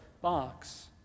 box